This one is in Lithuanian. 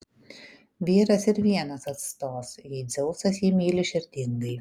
vyras ir vienas atstos jei dzeusas jį myli širdingai